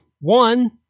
one